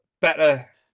better